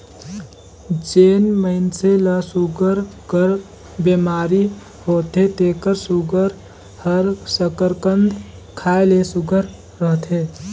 जेन मइनसे ल सूगर कर बेमारी होथे तेकर सूगर हर सकरकंद खाए ले सुग्घर रहथे